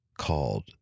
called